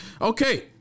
Okay